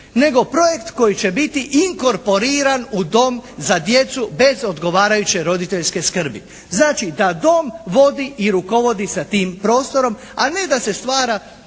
nego projekt koji će biti inkorporiran u dom za djecu bez odgovarajuće roditeljske skrbi. Znači da dom vodi i rukovodi sa tim prostorom a ne da se stvara